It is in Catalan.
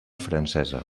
francesa